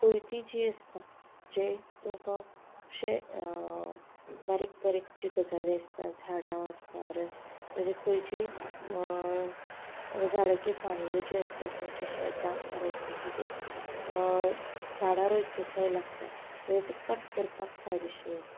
कोयती जी आसता जें तुमकां खुबशें बारीक बारीक ज्यो गजाली आसता झाडां आसता ओर ताचे खंयची झाडांच्या खांद्यो ज्यो आसता तुमचे शेतांत ओर एल्स तुमचे जे झाडां रोयतात थंय लागता जाल्यार ते कट करपाक फायदेशीर आसता